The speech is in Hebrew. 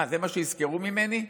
זה מה שיזכרו ממני?